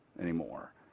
anymore